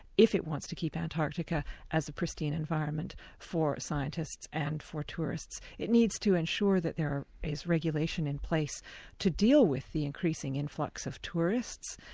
if it wants to keep antarctica as a pristine environment for scientists and for tourists. it needs to ensure that there is regulation in place to deal with the increasing influx of tourists,